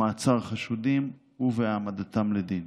במעצר החשודים ובהעמדתם לדין.